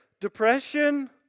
depression